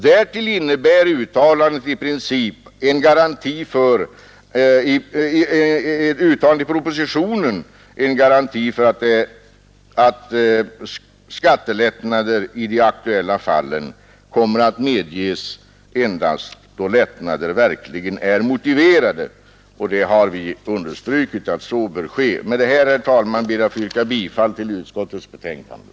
Därtill innebär uttalandet i propositionen i princip en garanti för att skattelättnader i de aktuella fallen kommer att medges endast då lättnader verkligen är motiverade. Vi har understrukit att så bör ske. Med detta, herr talman, ber jag att få yrka bifall till utskottets förslag.